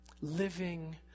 living